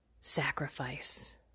sacrifice